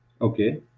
Okay